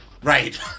Right